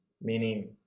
Meaning